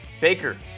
Baker